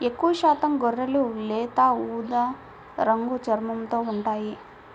ఎక్కువశాతం గొర్రెలు లేత ఊదా రంగు చర్మంతో ఉంటాయి